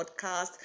podcast